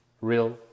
real